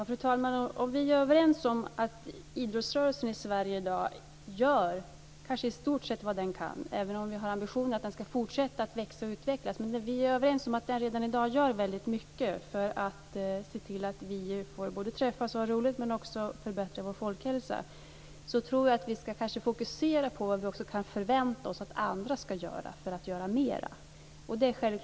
Fru talman! Vi är överens om att idrottsrörelsen i Sverige i dag gör i stort sett vad den kan, även om vi har ambitionen att den ska fortsätta att växa och utvecklas. Vi är överens om att den redan i dag gör väldigt mycket för att se till att vi både får träffas och ha roligt och får förbättra vår folkhälsa. Vi ska kanske fokusera på vad vi kan förvänta oss att andra ska göra för att göra mera.